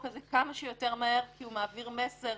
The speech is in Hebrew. הזה כמה שיותר מהר כי הוא מעביר מסר